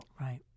Right